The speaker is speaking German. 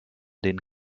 den